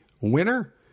winner